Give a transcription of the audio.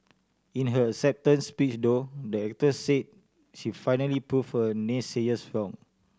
in her acceptance speech though the actor said she finally proved her naysayers wrong